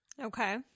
Okay